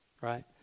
Right